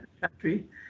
country